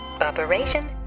Operation